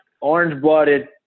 orange-blooded